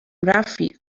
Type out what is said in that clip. رفیق